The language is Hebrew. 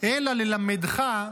אלא ללמדך,